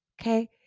Okay